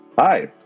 hi